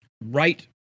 right